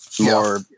More